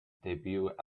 debut